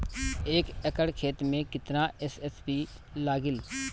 एक एकड़ खेत मे कितना एस.एस.पी लागिल?